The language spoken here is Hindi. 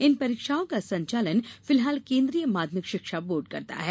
इन परीक्षाओं का संचालन फिलहाल केंद्रीय माध्यमिक शिक्षा बोर्ड करता है